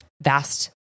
vast